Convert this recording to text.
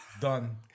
Done